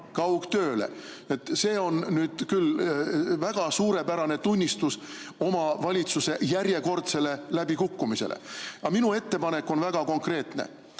kaugtööle. See on nüüd küll väga suurepärane tunnistus oma valitsuse järjekordsest läbikukkumisest. Aga minu ettepanek on väga konkreetne.